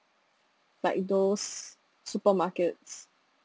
like those supermarkets